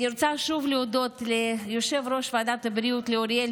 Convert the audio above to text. אני רוצה שוב להודות ליושב-ראש ועדת הבריאות אוריאל